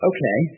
Okay